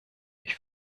ich